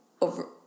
over